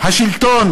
השלטון